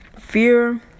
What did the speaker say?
Fear